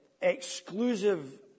exclusive